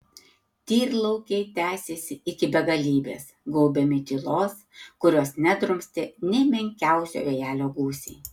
tyrlaukiai tęsėsi iki begalybės gaubiami tylos kurios nedrumstė nė menkiausio vėjelio gūsiai